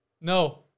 No